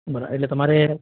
બરા એટલે તમારે